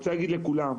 ולכולם,